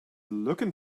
looking